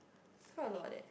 it's quite a lot leh